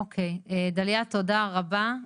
אוקיי, דליה תודה רבה.